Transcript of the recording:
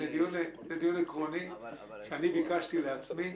זה דיון עקרוני שאני ביקשתי לעצמי,